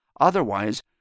Otherwise